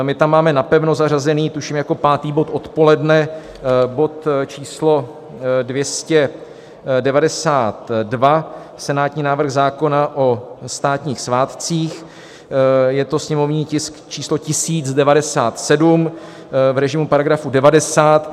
My tam máme napevno zařazený, tuším jako pátý bod odpoledne, bod číslo 292, senátní návrh zákona o státních svátcích, je to sněmovní tisk číslo 1097 v režimu § 90.